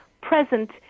present